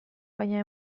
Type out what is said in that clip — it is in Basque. baina